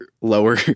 lower